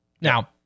Now